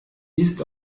ist